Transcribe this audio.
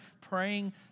praying